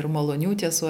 ir malonių tiesų